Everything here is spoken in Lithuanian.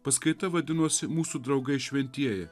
paskaita vadinosi mūsų draugai šventieji